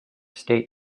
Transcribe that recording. state